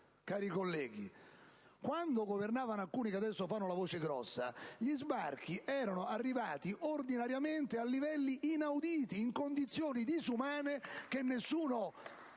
Cari colleghi, quando governavano alcuni che adesso fanno la voce grossa, gli sbarchi erano arrivati ordinariamente a livelli inauditi, in condizioni disumane che nessuno